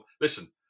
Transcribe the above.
Listen